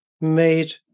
made